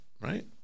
right